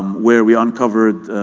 where we uncovered